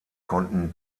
konnten